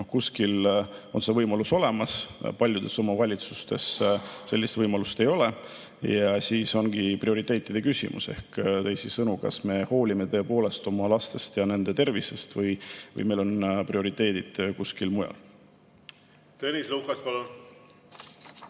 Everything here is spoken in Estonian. Kuskil on see võimalus olemas, aga paljudes omavalitsustes sellist võimalust ei ole ja siis ongi prioriteetide küsimus ehk teisisõnu, kas me hoolime tõepoolest oma lastest ja nende tervisest või meil on prioriteedid kuskil mujal. Aitäh! Nagu